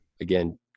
again